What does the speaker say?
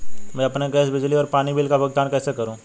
मैं अपने गैस, बिजली और पानी बिल का भुगतान कैसे करूँ?